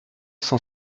sans